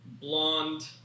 blonde